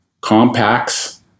Compacts